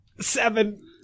Seven